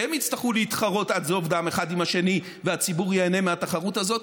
שהם יצטרכו להתחרות עד זוב דם אחד עם השני והציבור ייהנה מהתחרות הזאת,